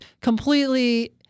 completely